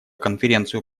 конференцию